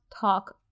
talk